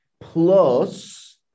plus